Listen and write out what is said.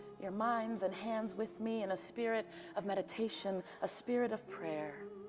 your minds and hands with me in a spirit of meditation, a spirit of prayer.